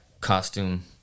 costume